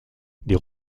des